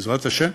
בעזרת השם,